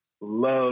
Love